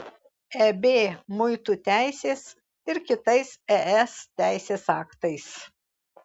eb muitų teisės ir kitais es teisės aktais